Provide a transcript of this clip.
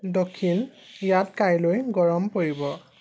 দক্ষিণ ইয়াত কাইলৈ গৰম পৰিব